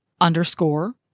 underscore